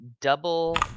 double